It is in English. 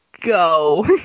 go